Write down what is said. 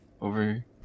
over